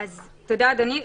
תודה, אדוני.